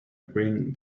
green